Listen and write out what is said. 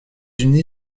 unis